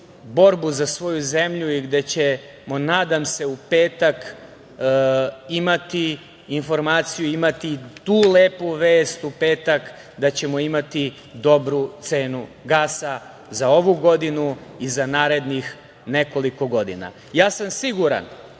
za svoju zemlju, gde ćemo nadam se u petak imati informaciju, imati tu lepu vest, da ćemo imati dobru cenu gasa za ovu godinu i za narednih nekoliko godina. Siguran